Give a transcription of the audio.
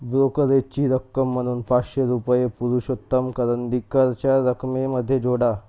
ब्रोकरेजची रक्कम म्हणून पाचशे रुपये पुरुषोत्तम करंदीकरच्या रकमेमध्ये जोडा